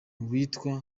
witwa